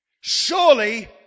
Surely